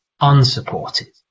unsupported